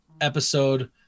episode